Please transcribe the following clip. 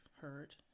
heard